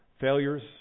failures